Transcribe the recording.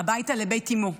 הביתה לבית אימו.